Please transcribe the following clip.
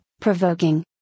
provoking